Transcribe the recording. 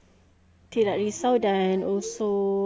tidak risau dan also um